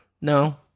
No